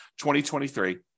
2023